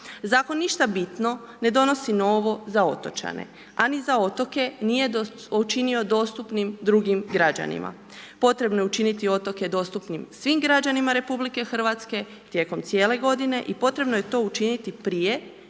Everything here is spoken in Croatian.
Zakon ništa bitno ne donosi novo za otočane a ni za otoke nije učinio dostupnim drugim građanima. Potrebno je učiniti otoke dostupnim svim građanima RH tijekom cijele godine i potrebno je to učiniti prije